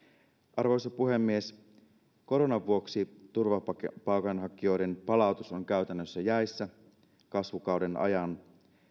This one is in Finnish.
arvoisa puhemies koronan vuoksi turvapaikanhakijoiden palautus on käytännössä jäissä kasvukauden ajan